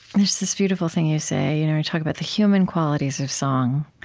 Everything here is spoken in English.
there's this beautiful thing you say. you know you talk about the human qualities of song,